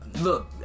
look